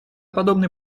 подобный